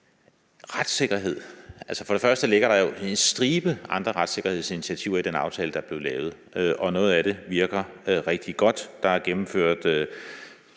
retssikkerhed, ligger der altså en stribe andre retssikkerhedsinitiativer i den aftale, der blev lavet, og noget af det virker rigtig godt. Der er gennemført